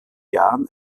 jahren